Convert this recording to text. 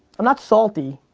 i'm not salty.